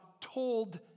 told